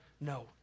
No